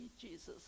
Jesus